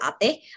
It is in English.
ate